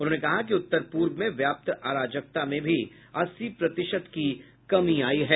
उन्होंने कहा कि उत्तर पूर्व में व्याप्त अराजकता में भी अस्सी प्रतिशत की कमी आई है